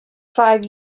five